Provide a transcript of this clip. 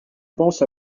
pense